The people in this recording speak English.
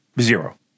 Zero